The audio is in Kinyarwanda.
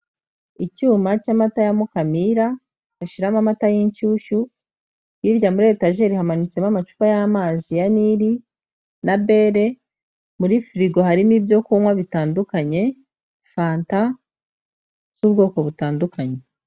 Icyuma cy'amata ya Mukamira bashyiramo amata y'inshyushyu, hirya muri etajeri hamanitsemo amacupa y'amazi ya nili na bere, muri firigo harimo ibyo kunywa bitandukanye, fanta z'ubwoko butandukanye.